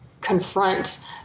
confront